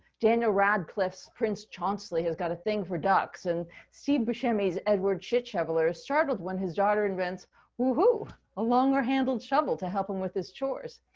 daniel radcliffe's prince chauncley has got a thing for ducks and steve buschemi as edward shitshoveler startled when his daughter invents woo-hoo along her handled shovel to help him with his chores.